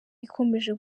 ikomeje